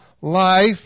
life